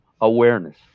awareness